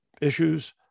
issues